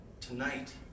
Tonight